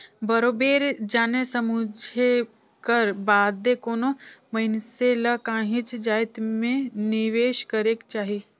बरोबेर जाने समुझे कर बादे कोनो मइनसे ल काहींच जाएत में निवेस करेक जाही